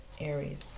Aries